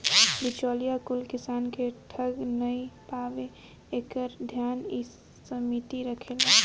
बिचौलिया कुल किसान के ठग नाइ पावे एकर ध्यान इ समिति रखेले